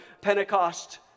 Pentecost